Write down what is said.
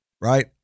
right